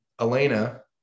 Elena